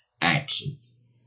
actions